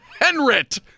Henrit